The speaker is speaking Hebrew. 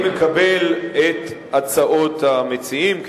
אני מקבל את הצעות המציעים,